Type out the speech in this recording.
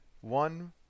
One